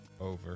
over